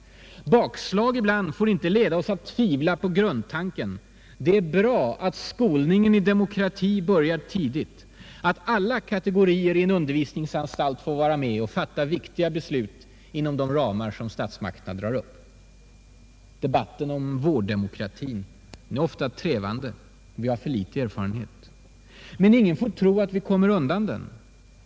Bakslag ibland får inte leda oss att tvivla på grundtanken: det är bra att skolningen i demokrati börjar tidigt, att alla kategorier i en undervisningsanstalt får vara med och fatta viktiga beslut inom ramar som statsmakterna drar upp. Debatten om vårddemokratin är ofta trevande, och vi har för lite erfarenhet. Men ingen får tro att vi kommer undan den.